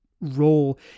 role